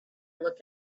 look